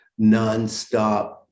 nonstop